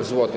zł.